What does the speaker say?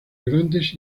grandes